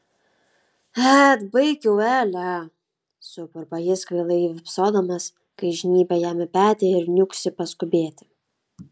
et baik jau ele suburba jis kvailai vypsodamas kai žnybia jam į petį ir niuksi paskubėti